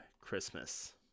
Christmas